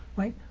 right?